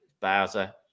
Bowser